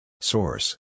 Source